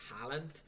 talent